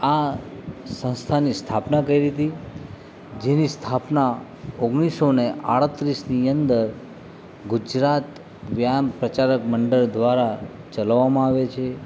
આ સંસ્થાની સ્થાપના કરી હતી જેની સ્થાપના ઓગણીસો આડત્રીસની અંદર ગુજ્રરાત વ્યાયામ પ્રચારક મંડળ દ્વારા ચલાવવામાં આવે છે